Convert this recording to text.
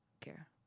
care